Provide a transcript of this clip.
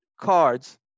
cards